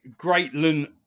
Greatland